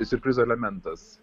siurprizo elementas